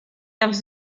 els